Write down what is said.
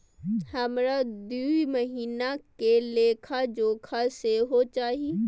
हमरा दूय महीना के लेखा जोखा सेहो चाही